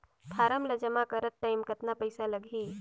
Form ला जमा करत टाइम कतना पइसा लगही?